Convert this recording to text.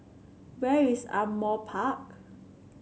where is Ardmore Park